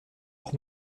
auch